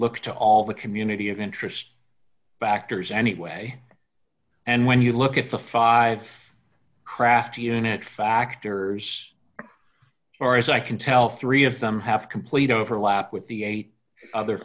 look to all the community of interest factors anyway and when you look at the five craft unit factors or as i can tell three of them have complete overlap with the eight other